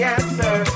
answer